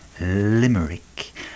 limerick